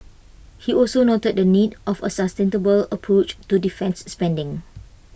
he also noted the need of A sustainable approach to defence spending